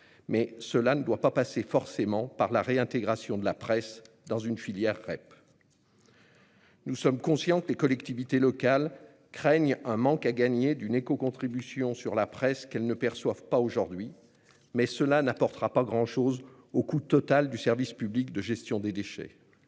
mais cela ne doit pas passer forcément par la réintégration de la presse dans une filière REP. Nous sommes conscients que les collectivités locales craignent un manque à gagner d'une écocontribution sur la presse qu'elles ne perçoivent pas aujourd'hui. Mais cela n'apportera pas grand-chose rapportée au coût total du service public de gestion des déchets